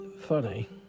funny